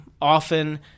often